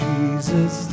Jesus